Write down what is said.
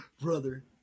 brother